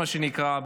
מה שנקרא,